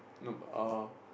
nope uh